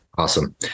Awesome